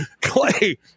Clay